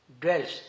dwells